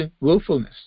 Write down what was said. willfulness